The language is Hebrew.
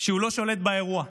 שהוא לא שולט באירוע,